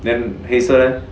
then 黑色的 leh